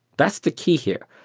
that's the key here,